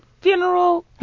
funeral